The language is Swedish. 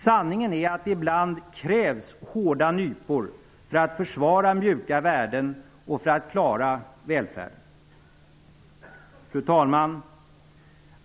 Sanningen är att det ibland krävs hårda nypor för att försvara mjuka värden och för att klara välfärden. Fru talman!